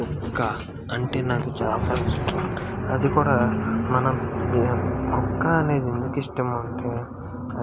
కుక్కా అంటే నాకు చాలా ఇష్టం అదికూడా మనం కుక్క అనేది ఎందుకు ఇష్టం అంటే అది